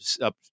up